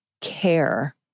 care